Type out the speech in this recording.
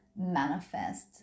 manifest